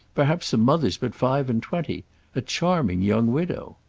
perhaps the mother's but five-and-twenty a charming young widow.